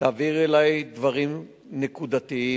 תעביר אלי דברים נקודתיים,